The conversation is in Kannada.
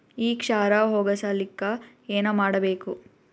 ಈ ಕ್ಷಾರ ಹೋಗಸಲಿಕ್ಕ ಏನ ಮಾಡಬೇಕು?